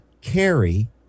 carry